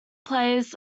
players